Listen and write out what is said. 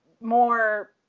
more